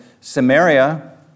Samaria